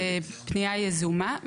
כן, פניה יזומה.